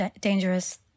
dangerous